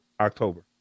October